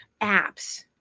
apps